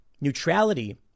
neutrality